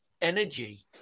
energy